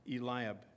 Eliab